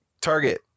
Target